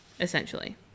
Essentially